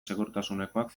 segurtasunekoak